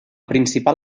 principal